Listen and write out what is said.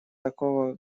такого